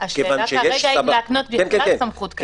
השאלה כרגע היא אם להקנות בכלל סמכות כזו.